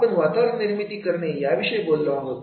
आपण वातावरण निर्मिती करणे विषयी बोलत असतो